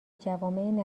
جوامع